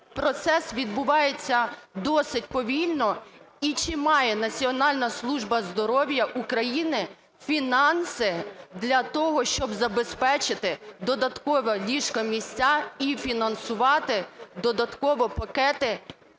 процес відбувається досить повільно. І чи має Національна служба здоров'я України фінанси для того, щоб забезпечити додатково ліжко-місця і фінансувати додатково пакети